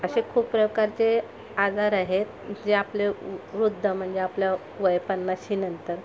असे खूप प्रकारचे आजार आहेत जे आपले वृद्ध म्हणजे आपल्या वय पन्नाशीनंतर